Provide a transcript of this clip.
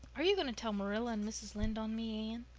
are you going to tell marilla and mrs. lynde on me, anne?